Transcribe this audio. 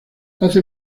hace